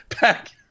back